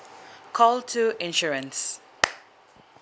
call two insurance